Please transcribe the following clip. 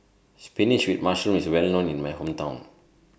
Spinach with Mushroom IS Well known in My Hometown